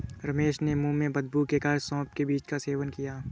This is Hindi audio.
रमेश ने मुंह में बदबू के कारण सौफ के बीज का सेवन किया